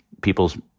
people's